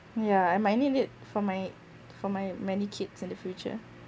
yeah I might need it for my for my many kids in the future